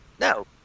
No